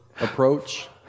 approach